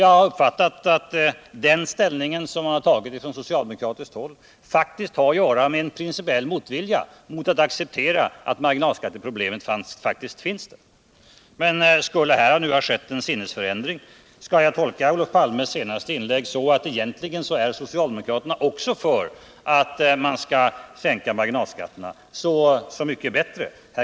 Jag har uppfattat att socialdemokraternas inställning har att göra med en principiell motvilja mot att acceptera att marginalskatteproblemet faktiskt finns. Men skulle här ha skett en sinnesförändring? Skall jag tolka Olof Palmes sista inlägg på det sättet att socialdemokraterna nu också är med på att sänka marginalskatterna? Så mycket bättre i så fall.